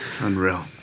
Unreal